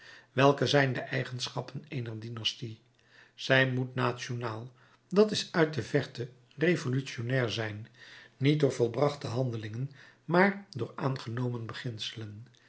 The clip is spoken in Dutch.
welke zijn de eigenschappen eener dynastie zij moet nationaal dat is uit de verte revolutionnair zijn niet door volbrachte handelingen maar door aangenomen beginselen